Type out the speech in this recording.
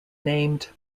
named